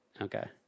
Okay